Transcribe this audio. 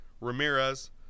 Ramirez